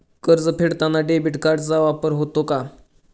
कर्ज फेडताना डेबिट कार्डचा वापर होतो का?